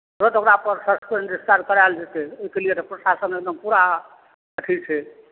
तुरन्त ओकरापर suspend discharge करायल जेतै ओहिके लिए तऽ प्रशासन एकदम पूरा अथी छै